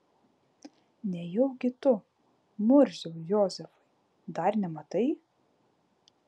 nejaugi tu murziau jozefai dar nematai